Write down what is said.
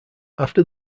after